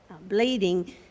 bleeding